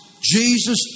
Jesus